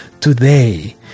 today